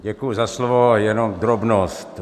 Děkuji za slovo, jenom drobnost.